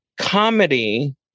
comedy